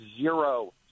zero